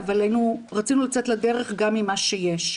אבל רצינו לצאת לדרך גם עם מה שיש.